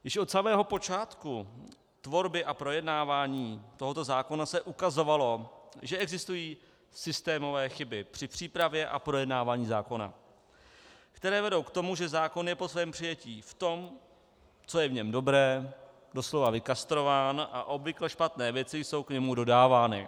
Již od samého počátku tvorby a projednávání tohoto zákona se ukazovalo, že existují systémové chyby při přípravě a projednávání zákona, které vedou k tomu, že zákon je po svém přijetí v tom, co je v něm dobré, doslova vykastrován a obvykle špatné věci jsou k němu dodávány.